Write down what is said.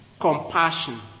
compassion